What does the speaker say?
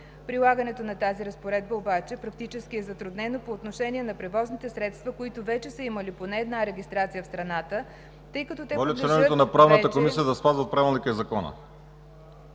Прилагането на тази разпоредба обаче практически е затруднена по отношение на превозните средства, които вече са имали поне една регистрация в страната, тъй като те…